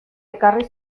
ekarri